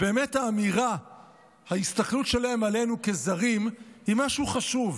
באמת ההסתכלות שלהם עלינו כזרים היא משהו חשוב,